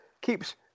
keeps